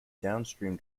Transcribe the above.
downstream